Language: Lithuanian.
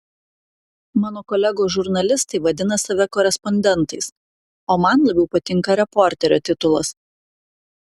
mano kolegos žurnalistai vadina save korespondentais o man labiau patinka reporterio titulas